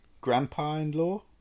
grandpa-in-law